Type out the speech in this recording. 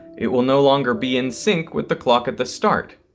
it will no longer be in sync with the clock at the start.